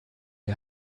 you